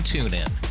TuneIn